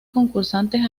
concursantes